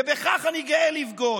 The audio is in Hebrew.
ובכך אני גאה לבגוד.